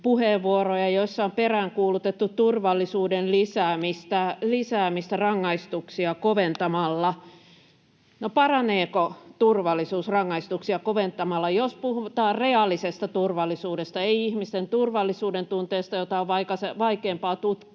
joissa on peräänkuulutettu turvallisuuden lisäämistä rangaistuksia koventamalla. No, paraneeko turvallisuus rangaistuksia koventamalla? Jos puhutaan reaalisesta turvallisuudesta — ei ihmisten turvallisuudentunteesta, jota on vaikeampaa tutkia,